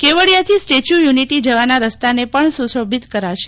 કેવડિયાથી statue unity જવાના રસ્તાને પણ સુશોભિત કરાશે